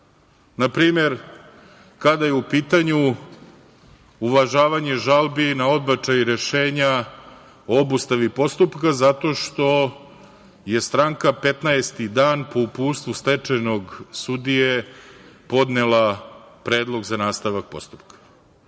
Na primer, kada je u pitanju uvažavanje žalbi na odbačaj rešenja o obustavi postupka, zato što je stranka 15. dan po uputstvu stečajnog sudije podnela predlog za nastavak postupka.